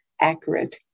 accurate